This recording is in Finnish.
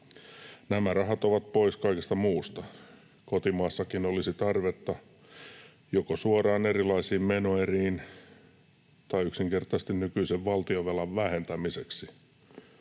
Nämä rahat ovat pois kaikesta muusta. Kotimaassakin olisi tarvetta joko suoraan erilaisiin menoeriin tai yksinkertaisesti nykyisen valtionvelan vähentämiseen.